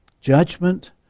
Judgment